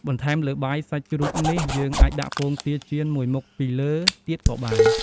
បន្ថែមលើបាយសាច់ជ្រូកនេះ យើងអាចដាក់ពងទាចៀនមួយមុខពីលើទៀតក៏បាន។